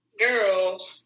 girl